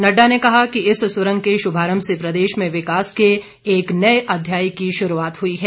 नड्डा ने कहा कि इस सुरंग के शुभारम्भ से प्रदेश में विकास के एक नए अध्याय की शुरूआत हई है